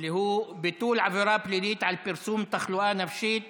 ביטול עבירה פלילית על פרסום תחלואה נפשית